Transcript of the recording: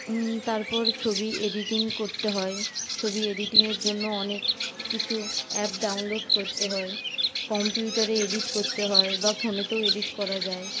তারপর ছবি এডিটিং করতে হয় ছবি এডিটিংয়ের জন্য অনেক কিছু অ্যাপ ডাউনলোড করতে হয় কম্পিটারে এডিট করতে হয় বা ফোনেতেও এডিট করা যায়